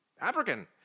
African